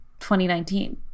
2019